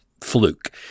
fluke